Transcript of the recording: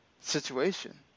situation